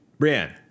Brianne